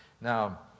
Now